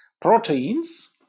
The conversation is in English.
proteins